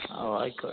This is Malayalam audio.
ആയിക്കോട്ടെ